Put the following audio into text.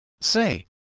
say